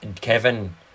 Kevin